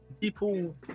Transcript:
People